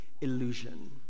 illusion